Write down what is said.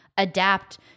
adapt